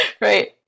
Right